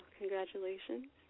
congratulations